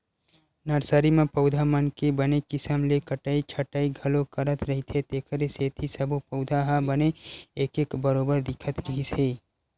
nursery म पउधा मन के बने किसम ले कटई छटई घलो करत रहिथे तेखरे सेती सब्बो पउधा ह बने एके बरोबर दिखत रिहिस हे